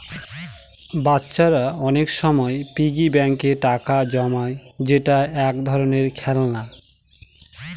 বাচ্চারা অনেক সময় পিগি ব্যাঙ্কে টাকা জমায় যেটা এক ধরনের খেলনা